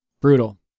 Brutal